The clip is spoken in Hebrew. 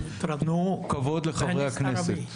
תנו כבוד לחברי הכנסת,